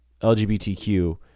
LGBTQ